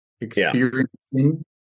experiencing